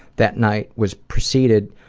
that night was preceded